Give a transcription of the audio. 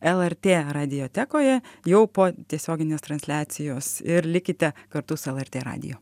lrt radiotekoje jau po tiesioginės transliacijos ir likite kartu su lrt radiju